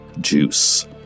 juice